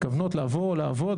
מתכוונות לעבוד,